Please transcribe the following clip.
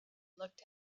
looked